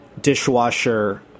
dishwasher